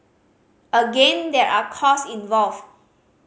again there are cost involved